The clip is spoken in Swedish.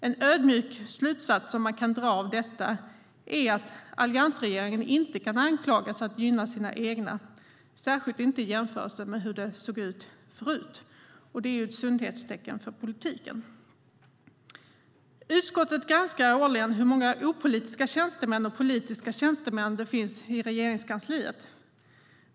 En ödmjuk slutsats man kan dra av detta är att alliansregeringen inte kan anklagas för att gynna sina egna, särskilt inte i jämförelse med hur det såg ut förut. Det är ett sundhetstecken för politiken. Utskottet granskar årligen hur många opolitiska tjänstemän och politiska tjänstemän det finns i Regeringskansliet.